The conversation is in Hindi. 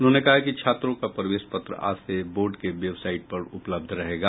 उन्होंने कहा कि छात्रों का प्रवेश पत्र आज से बोर्ड के वेबसाइट पर उपलब्ध रहेगा